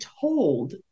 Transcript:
told